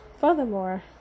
furthermore